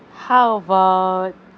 how about